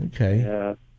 Okay